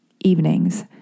evenings